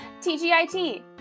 TGIT